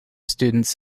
students